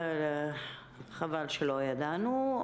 אוקיי, חבל שלא ידענו.